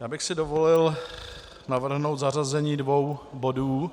Já bych si dovolil navrhnout zařazení dvou bodů